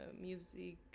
music